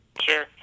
Sure